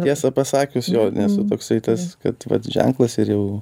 tiesą pasakius jo nesu toksai tas kad vat ženklas ir jau